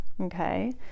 okay